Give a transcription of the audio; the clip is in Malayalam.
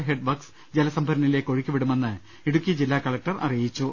എ ഹെഡ് വർക്സ് ജലസംഭരണിയിലേക്ക് ഒഴുക്കി വിടുമെന്ന് ഇടുക്കി ജില്ലാ കലക്ടർ അറിയിച്ചു